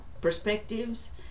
perspectives